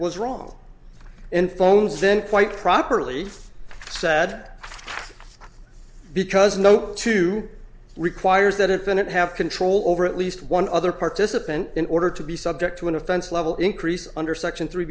was wrong in phones then quite properly sad because no two requires that infinite have control over at least one other participant in order to be subject to an offense level increase under section three